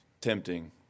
tempting